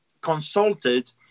consulted